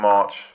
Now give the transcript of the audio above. March